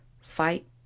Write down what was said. Fight